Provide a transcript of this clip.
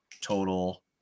total